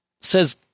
Says